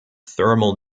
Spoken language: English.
thermal